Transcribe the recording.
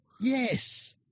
Yes